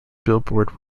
billboard